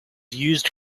used